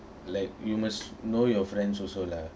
like you must know your friends also lah